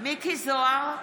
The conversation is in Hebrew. מכלוף מיקי זוהר,